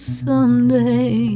someday